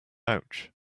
ouch